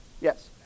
Yes